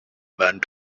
band